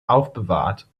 aufbewahrt